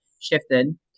shifted